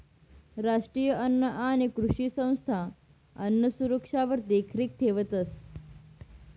राष्ट्रीय अन्न आणि कृषी संस्था अन्नसुरक्षावर देखरेख ठेवतंस